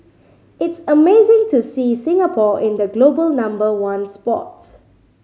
it's amazing to see Singapore in the global number one spot